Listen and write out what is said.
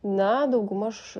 na daugmaž